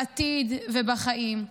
בעתיד ובחיים.